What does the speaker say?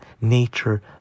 nature